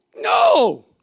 No